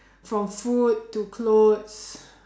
from food to clothes